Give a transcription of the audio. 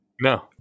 no